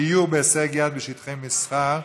דיור בהישג יד בשטחי מסחר),